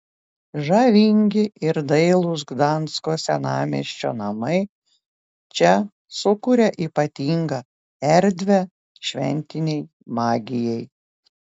žavingi ir dailūs gdansko senamiesčio namai čia sukuria ypatingą erdvę šventinei magijai